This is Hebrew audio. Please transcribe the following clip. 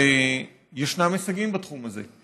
וישנם הישגים בתחום הזה.